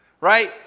right